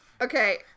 Okay